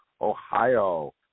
Ohio